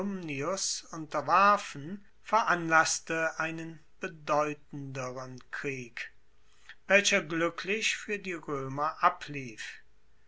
unterwarfen veranlasste einen bedeutenderen krieg welcher gluecklich fuer die roemer ablief